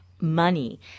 money